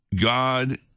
God